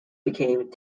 became